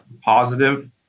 positive